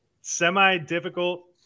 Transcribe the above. semi-difficult